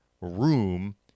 room